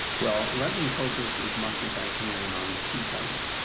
well, let me focus as much as i can on two points.